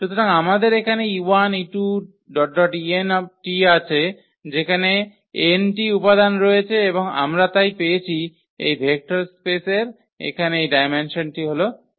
সুতরাং আমাদের এখানে 𝑒1 𝑒2 𝑒𝑛𝑇 আছে যেখানে 𝑛 টি উপাদান রয়েছে এবং আমরা তাই পেয়েছি এই ভেক্টর স্পেসের এখানে এই ডায়মেনসনটি হল 𝑛